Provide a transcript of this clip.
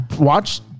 watch